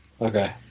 Okay